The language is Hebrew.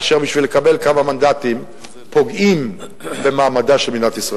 אשר בשביל לקבל כמה מנדטים פוגעים במעמדה של מדינת ישראל.